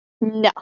no